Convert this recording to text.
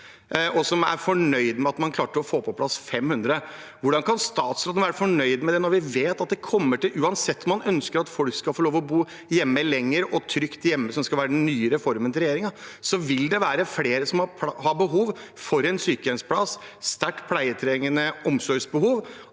og som er fornøyd med at man klarte å få på plass 500. Hvordan kan statsråden være fornøyd med det når vi vet at uansett om man ønsker at folk skal få lov til å bo trygt hjemme lenger, som skal være den nye reformen til regjeringen, så kommer det til å være flere som har behov for en sykehjemsplass, sterkt pleietrengende og med omsorgsbehov,